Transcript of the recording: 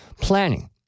planning